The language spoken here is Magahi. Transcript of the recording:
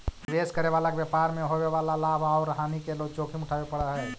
निवेश करे वाला के व्यापार मैं होवे वाला लाभ औउर हानि के जोखिम उठावे पड़ऽ हई